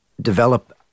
develop